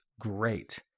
great